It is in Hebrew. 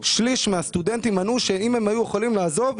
שליש מהסטודנטים ענו שאם הם היו יכולים לעזוב,